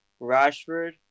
Rashford